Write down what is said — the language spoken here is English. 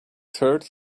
third